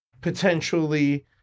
potentially